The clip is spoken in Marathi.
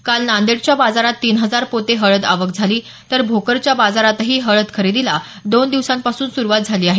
काल नांदेडच्या बाजारात तीन हजार पोते हळद आवक झाली तर भोकरच्या बाजारातही हळद खरेदीला दोन दिवसापासून सुरूवात झाली आहे